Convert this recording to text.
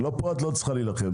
כאן את לא צריכה להילחם.